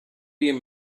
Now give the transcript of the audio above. you